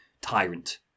Tyrant